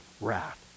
wrath